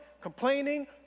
complaining